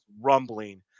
rumbling